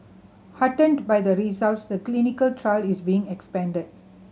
heartened by the results the clinical trial is being expanded